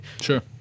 Sure